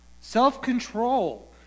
self-control